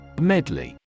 Medley